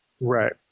Right